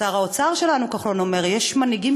שר האוצר שלנו כחלון אומר: יש מנהיגים